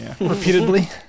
Repeatedly